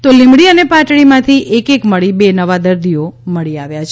તો લીંબડી અને પાટડીમાંથી એક એક મળી બે નવા દર્દીઓ મળી આવ્યા છે